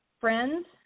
friends